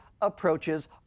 approaches